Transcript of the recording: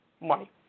money